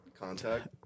contact